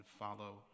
follow